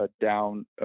down